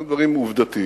אלה דברים עובדתיים,